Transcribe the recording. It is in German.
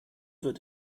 wird